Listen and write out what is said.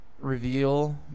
reveal